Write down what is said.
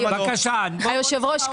היושב ראש,